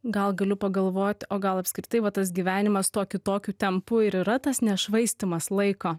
gal galiu pagalvot o gal apskritai va tas gyvenimas tuo kitokiu tempu ir yra tas nešvaistymas laiko